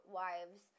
wives